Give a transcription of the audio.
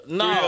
no